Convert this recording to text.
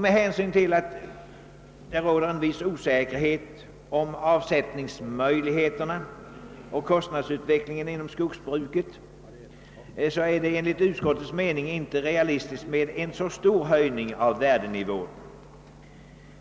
Med hänsyn till att det råder en viss osäkerhet om avsättningsmöjligheterna och kostnadsutvecklingen inom skogsbruket är det enligt utskottets mening inte realistiskt med en så stor höjning av värdenivån, och